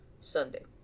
Sunday